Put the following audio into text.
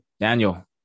Daniel